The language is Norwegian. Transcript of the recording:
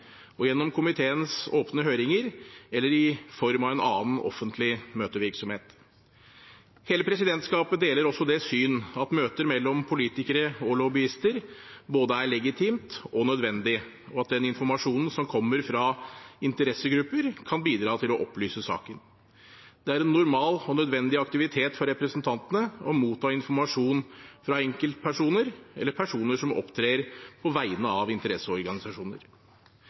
og gjennom komiteens åpne høringer eller i form av annen offentlig møtevirksomhet. Hele presidentskapet deler også det syn at møter mellom politikere og lobbyister både er legitimt og nødvendig, og at den informasjonen som kommer fra interessegrupper, kan bidra til å opplyse saken. Det er en normal og nødvendig aktivitet for representantene å motta informasjon fra enkeltpersoner eller fra personer som opptrer på vegne av interesseorganisasjoner.